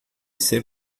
ser